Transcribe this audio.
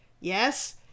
yes